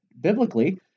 biblically